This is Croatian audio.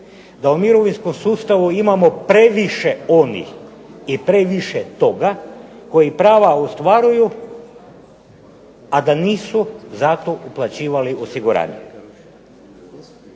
da u mirovinskom sustavu imamo previše onih i previše toga koji prava ostvaruju, a da nisu zato uplaćivala osiguranje.